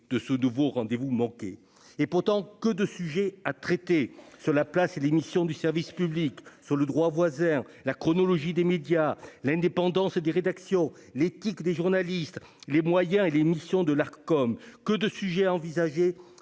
de ce nouveau rendez-vous manqué et pourtant que de sujets à traiter sur la place et les missions du service public sur le droit voisin la chronologie des médias, l'indépendance des rédactions, l'éthique des journalistes, les moyens et les missions de la com que de sujets envisagés